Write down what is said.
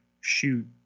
shoot